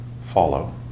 follow